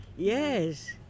Yes